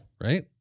Right